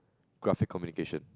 Graphic Communication